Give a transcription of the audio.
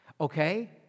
Okay